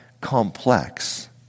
complex